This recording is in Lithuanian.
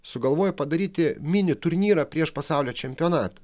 sugalvojo padaryti mini turnyrą prieš pasaulio čempionatą